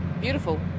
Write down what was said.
Beautiful